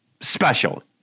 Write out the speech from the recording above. special